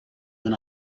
than